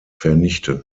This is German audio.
vernichten